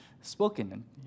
spoken